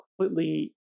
completely